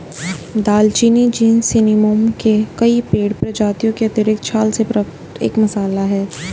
दालचीनी genus Cinnamomum से कई पेड़ प्रजातियों की आंतरिक छाल से प्राप्त एक मसाला है